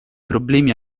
problemi